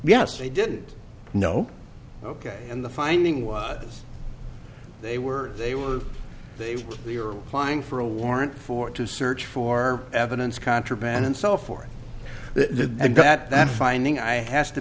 yes they did know ok and the finding was they were they were they were we are applying for a warrant for to search for evidence contraband and so forth the and that that finding i has to